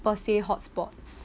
per say hot spots